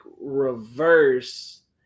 reverse